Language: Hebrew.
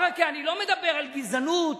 ברכה, אני לא מדבר על גזענות